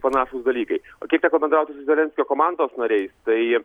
panašūs dalykai kiek teko bendrauti su zelenskio komandos nariais tai